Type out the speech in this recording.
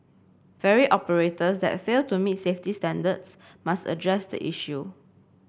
ferry operators that fail to meet safety standards must address the issue